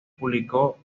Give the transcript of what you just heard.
publicó